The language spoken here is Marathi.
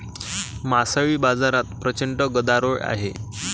मासळी बाजारात प्रचंड गदारोळ आहे